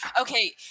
okay